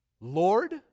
Lord